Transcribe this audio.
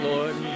Lord